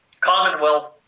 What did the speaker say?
commonwealth